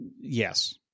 Yes